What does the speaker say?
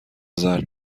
زرد